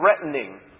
threatening